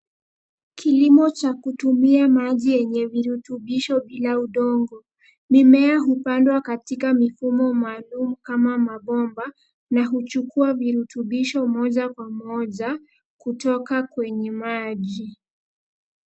Kilimo cha kutumia maji yenye virutubisho bila udongo, mimea hupandwa katika mifumo maalum kama mabomba na huchukua virutubisho moja kwa moja kutoka kwenye maji.